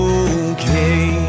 okay